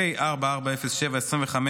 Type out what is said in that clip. פ/4407/25,